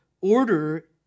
order